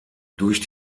durch